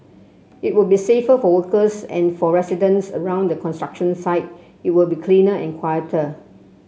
it will be safer for workers and for residents around the construction site it will be cleaner and quieter